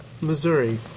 Missouri